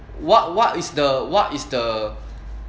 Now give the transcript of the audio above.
what what is the what is the